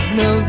no